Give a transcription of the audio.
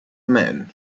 man